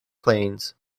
planes